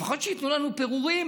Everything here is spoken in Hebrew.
לפחות שייתנו לנו פירורים.